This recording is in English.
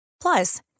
Plus